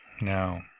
now.